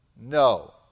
No